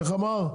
איך אמר?